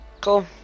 Cool